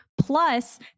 plus